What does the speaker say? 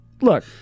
Look